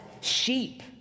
sheep